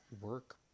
work